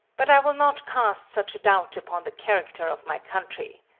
but i will not cast such a doubt upon the character of my country.